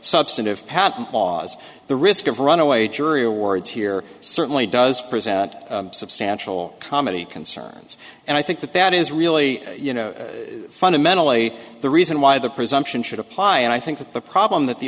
substantive patent laws the risk of runaway jury awards here certainly does present substantial comedy concerns and i think that that is really you know fundamentally the reason why the presumption should apply and i think that the problem that the